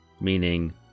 meaning